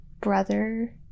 brother